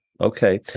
Okay